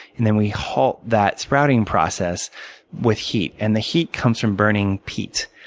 and then, we halt that sprouting process with heat. and the heat comes from burning peat.